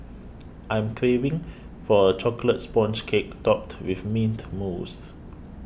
I am craving for a Chocolate Sponge Cake Topped with Mint Mousse